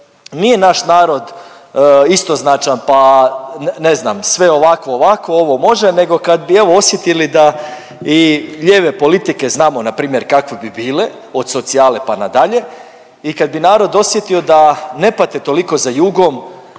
nije naš narod istoznačan, pa ne znam, sve ovakvo ovakvo, ovo može, nego kad bi evo osjetili da i ljeve politike znamo npr. kakve bi bile od socijale pa nadalje i kad bi narod osjetio da ne pate toliko za Jugom,